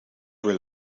were